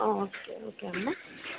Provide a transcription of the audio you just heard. okay okay okay అమ్మా